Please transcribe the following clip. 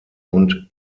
und